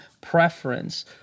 preference